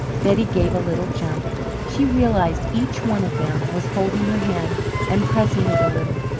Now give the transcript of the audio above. betty gave a little jump she realized each one of them was holding her hand and pressing it a little.